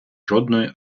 жодної